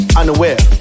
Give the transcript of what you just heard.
unaware